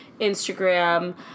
Instagram